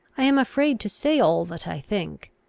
i am afraid to say all that i think.